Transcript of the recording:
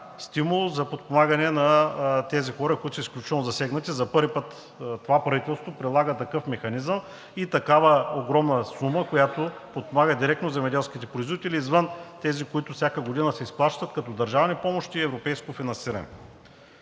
стимул за подпомагане на тези хора, които са изключително засегнати. За първи път това правителство прилага такъв механизъм и такава огромна сума, която подпомага директно земеделските производители извън тези, които всяка година се изплащат като държавни помощи и европейско финансиране.